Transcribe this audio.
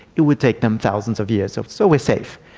it would take them thousands of years, so so we're safe.